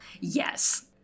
Yes